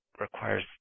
requires